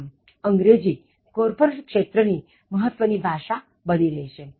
આમઅંગ્રેજી corporate ક્ષેત્ર ની મહત્વની ભાષા બની રહી છે